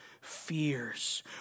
fears